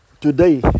today